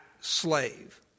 slave